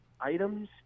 items